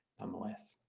nonetheless.